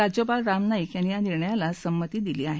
राज्यपाल राम नाईक यांनी या निर्णयाला संमती दिली आहे